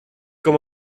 com